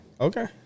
Okay